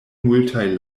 multaj